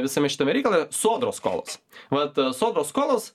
visame šitame reikale sodros skolos vat sodros skolos